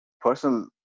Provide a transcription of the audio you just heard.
personal